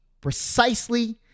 precisely